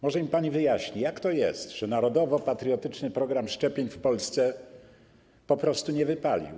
Może mi pani wyjaśni, jak to jest, że narodowo-patriotyczny program szczepień w Polsce po prostu nie wypalił.